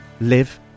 live